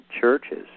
churches